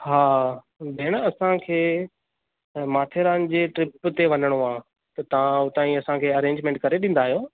हा भेण असांखे माथेरान जे ट्रिप ते वञणो आहे त तव्हां हुतां जी असांखे अरेंजमेंट करे ॾींदा आहियो